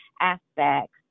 aspects